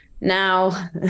Now